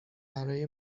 برای